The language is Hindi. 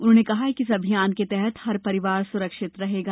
उन्होंने कहा कि इस अभियान के तहत हर परिवार सुरक्षित रहेगा